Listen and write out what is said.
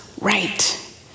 right